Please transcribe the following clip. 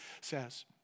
says